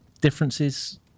differences